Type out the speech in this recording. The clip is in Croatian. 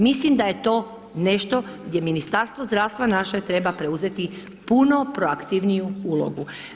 Mislim da je to nešto gdje Ministarstvo zdravstva naše treba preuzeti puno proaktivniju ulogu.